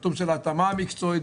בתחום של ההתאמה המקצועית,